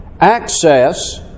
access